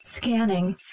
scanning